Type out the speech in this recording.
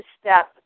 step